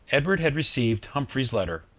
edward had received humphrey's letter,